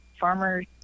farmers